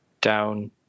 down